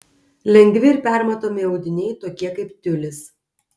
lengvi ir permatomi audiniai tokie kaip tiulis